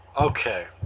Okay